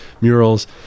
murals